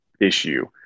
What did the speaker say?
issue